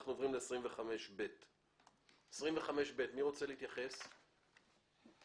אנחנו עוברים לסעיף 25ב. מי רוצה להתייחס לסעיף 25ב?